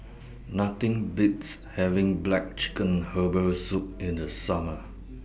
Nothing Beats having Black Chicken Herbal Soup in The Summer